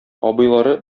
абыйлары